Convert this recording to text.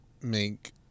make